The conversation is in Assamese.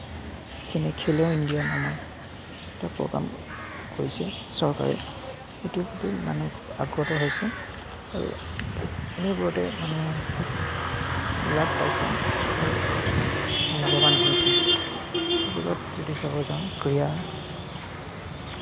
যেনে খেল' ইন্দিয়া নামৰ এটা প্ৰগ্ৰেম কৰিছে চৰকাৰে এইটোৰ প্ৰতি মানুহ জাগ্ৰত হৈছে আৰু এনেবোৰতে মানে লাভ হেছে আৰু লাভৱান হৈছে যদি চাব যাওঁ ক্ৰীড়া